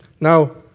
Now